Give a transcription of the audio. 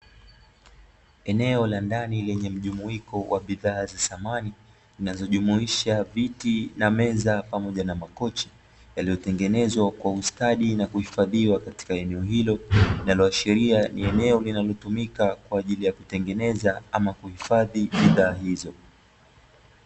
Eneo la ndani lenye mjumuiko wa bidhaa za samani zinazojumuisha viti, na meza pamoja na makochi, yaliyotengenezwa kwa ustadi na kuhifadhiwa katika eneo hilo, linaloashiria ni eneo linalotumika kwa ajili ya kutengeneza ama kuhifadhi bidhaa hizo.